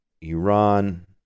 Iran